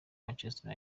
manchester